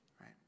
right